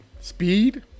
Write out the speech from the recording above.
speed